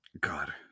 God